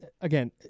again